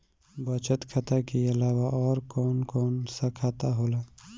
बचत खाता कि अलावा और कौन कौन सा खाता होला?